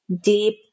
Deep